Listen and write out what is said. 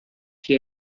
chi